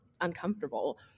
uncomfortable